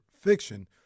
fiction